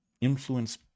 influence